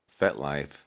FetLife